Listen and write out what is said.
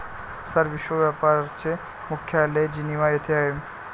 sir, विश्व व्यापार चे मुख्यालय जिनिव्हा येथे आहे